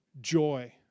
joy